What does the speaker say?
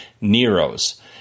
Neros